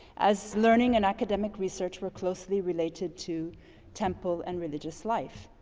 as learning and academic research were closely related to temple and religious life.